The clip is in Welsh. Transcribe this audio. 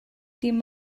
dim